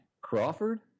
Crawford